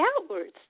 outwards